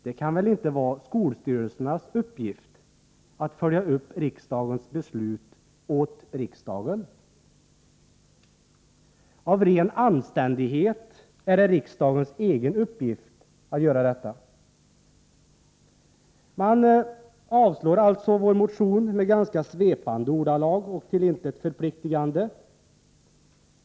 Det kan väl inte vara skolstyrelsernas uppgift att åt riksdagen följa upp riksdagens beslut. Av ren anständighet är det riksdagens egen uppgift att göra detta. Man avslår alltså vår motion med ganska svepande och till intet förpliktigande formuleringar.